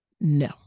no